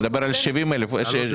אני מדבר על 70% עוסקים.